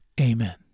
amen